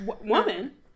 woman